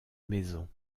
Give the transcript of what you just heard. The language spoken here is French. maisons